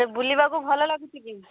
ବୁଲିବାକୁ ଭଲ ଲାଗୁଛି କି